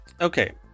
Okay